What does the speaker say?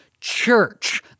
church